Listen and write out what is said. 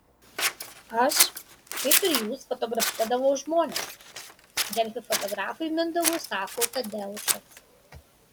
aš kaip ir jūs fotografuodavau žmones delfi fotografui mindaugui sako tadeušas